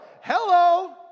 hello